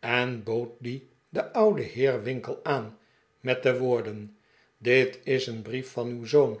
en bood dien den ouden heer winkle aan met de woorden dit is een brief van uw zoon